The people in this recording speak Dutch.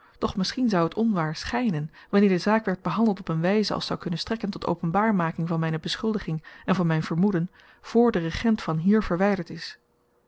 doch misschien zou het onwaar schynen wanneer de zaak werd behandeld op een wyze als zou kunnen strekken tot openbaarmaking van myne beschuldiging en van myn vermoeden voor de regent van hier verwyderd is